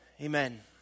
Amen